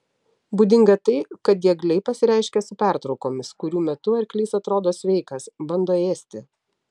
būdinga tai kad diegliai pasireiškia su pertraukomis kurių metu arklys atrodo sveikas bando ėsti